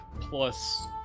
plus